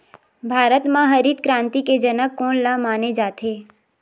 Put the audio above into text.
भारत मा हरित क्रांति के जनक कोन ला माने जाथे?